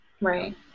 right